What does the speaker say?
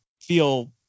feel